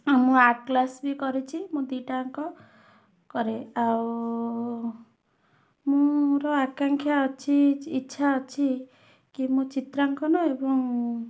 ମୁ art class ବି କରିଛି ମୁଁ ଦୁଇଟାଙ୍କ କରେ ଆଉ ମୋର ଆକାଂକ୍ଷା ଅଛି ଇଚ୍ଛା ଅଛି କି ମୁଁ ଚିତ୍ରାଙ୍କନ ଏବଂ